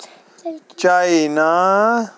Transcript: China